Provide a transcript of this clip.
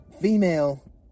Female